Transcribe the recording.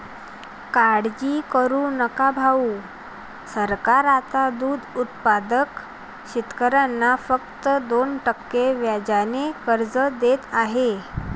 काळजी करू नका भाऊ, सरकार आता दूध उत्पादक शेतकऱ्यांना फक्त दोन टक्के व्याजाने कर्ज देत आहे